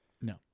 No